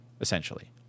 essentially